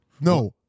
No